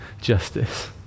justice